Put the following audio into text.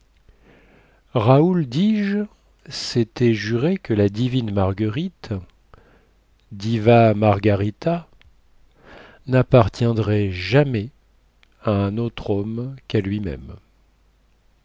raoul dis-je sétait juré que la divine marguerite diva margarita nappartiendrait jamais à un autre homme quà lui-même